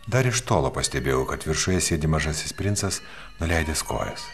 dar iš tolo pastebėjau kad viršuje sėdi mažasis princas nuleidęs kojas